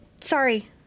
sorry